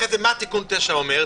ואחרי זה, מה תיקון 9 אומר?